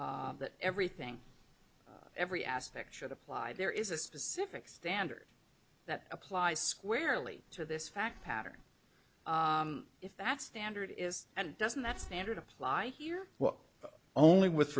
that everything every aspect should apply there is a specific standard that applies squarely to this fact pattern if that's dandridge is and doesn't that standard apply here well only with